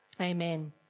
Amen